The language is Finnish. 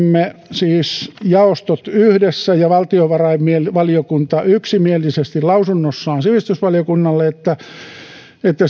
esitimme siis jaostot yhdessä ja valtiovarainvaliokunta yksimielisesti lausunnossaan sivistysvaliokunnalle että